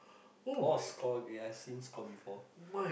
oh Score ya I seen Score before